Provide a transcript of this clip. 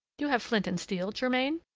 you have flint and steel, germain?